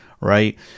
right